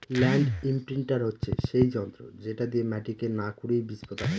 land imprinter হচ্ছে সেই যন্ত্র যেটা দিয়ে মাটিকে না খুরেই বীজ পোতা হয়